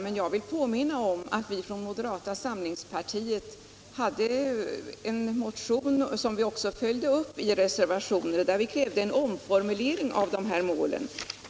Men jag vill påminna om att vi från moderata samlingspartiet hade en motion, som vi också följde upp i reservationer, där vi krävde en omformulering av de målen.